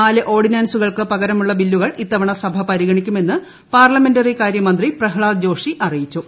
നാല് ഓർഡിനൻസുകൾക്ക് പകരമുള്ള ബില്ലുകൾ ഇത്തവണ സഭ പരിഗണിക്കുമെന്ന് പാർലമെന്ററികാരൃ മന്ത്രി പ്രഹ്ളാദ് ജോഷി അറിയിച്ചു